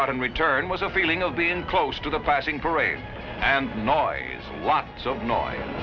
got in return was a feeling of being close to the passing parade and nois